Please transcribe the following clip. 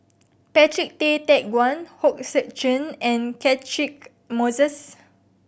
Patrick Tay Teck Guan Hong Sek Chern and Catchick Moses